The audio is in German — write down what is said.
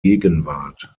gegenwart